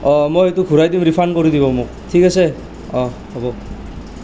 অ মই এইটো ঘূৰাই দিম ৰিফাণ্ড কৰি দিব মোক ঠিক আছে অহ হ'ব